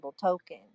token